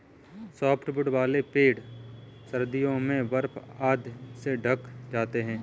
softwood वाले पेड़ सर्दियों में बर्फ आदि से ढँक जाते हैं